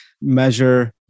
measure